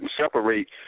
separate